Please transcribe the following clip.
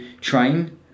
train